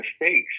mistakes